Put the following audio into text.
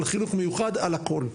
על חינוך מיוחד על הכול.